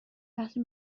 وقتی